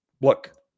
Look